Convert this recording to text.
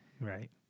Right